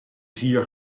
vier